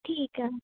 ਠੀਕ ਆ